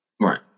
Right